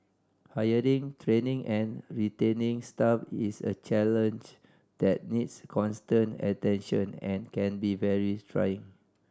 hiring training and retaining staff is a challenge that needs constant attention and can be very trying